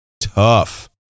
tough